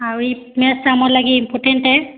ଆଉ ଇ ମ୍ୟାଚ୍ଟା ଆମର୍ ଲାଗି ଇମ୍ପୋର୍ଣ୍ଟାଟ୍ ଆଏ